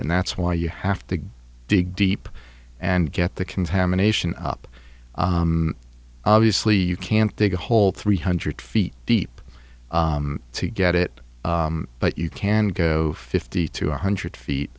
and that's why you have to dig deep and get the contamination up obviously you can't dig a hole three hundred feet deep to get it but you can go fifty to one hundred feet